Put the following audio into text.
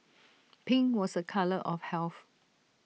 pink was A colour of health